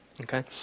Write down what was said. Okay